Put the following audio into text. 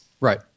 Right